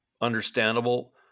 understandable